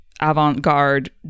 avant-garde